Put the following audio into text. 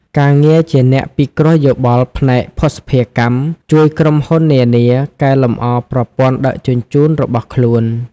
ការងារជាអ្នកពិគ្រោះយោបល់ផ្នែកភស្តុភារកម្ម ជួយក្រុមហ៊ុននានាកែលម្អប្រព័ន្ធដឹកជញ្ជូនរបស់ខ្លួន។